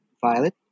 Violet